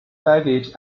baggage